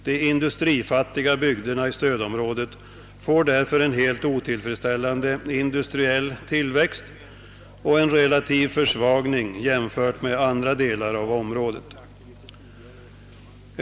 De industrifattiga bygderna i stödområdet får därför en helt otillfredsställande industriell tillväxt och en relativ försvagning jämfört med andra delar av området.